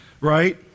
Right